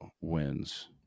wins